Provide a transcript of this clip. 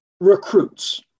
recruits